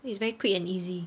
it's very quick and easy